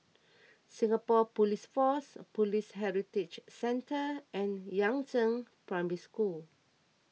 Singapore Police Force Police Heritage Centre and Yangzheng Primary School